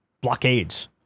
blockades